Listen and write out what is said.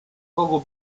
poco